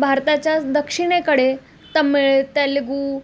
भारताच्या दक्षिणेकडे तमिळ तेलगू